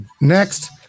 next